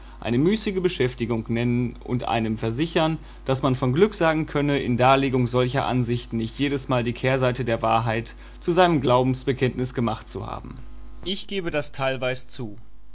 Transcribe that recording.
eine müßige beschäftigung nennen und einem versichern daß man von glück sagen könne in darlegung solcher ansichten nicht jedesmal die kehrseite der wahrheit zu seinem glaubensbekenntnis gemacht zu haben ich gebe das teilweis zu